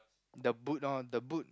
the boot lor the boot